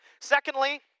Secondly